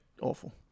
awful